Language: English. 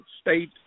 state